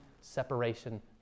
separation